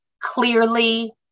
Clearly